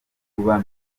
kuba